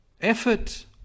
Effort